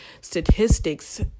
statistics